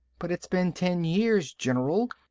but it's been ten years, general,